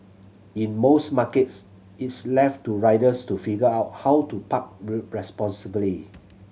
in most markets it's left to riders to figure out how to park